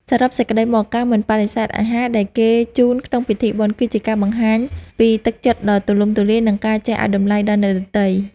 សរុបសេចក្តីមក ការមិនបដិសេធអាហារដែលគេជូនក្នុងពិធីបុណ្យ គឺជាការបង្ហាញពីទឹកចិត្តដ៏ទូលំទូលាយ និងការចេះឱ្យតម្លៃដល់អ្នកដទៃ។